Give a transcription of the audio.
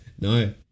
No